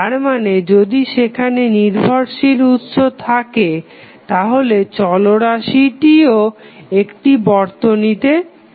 তারমানে যদি সেখানে নির্ভরশীল উৎস থাকে তাহলে চলরাশিটিও একটি বর্তনীতে আছে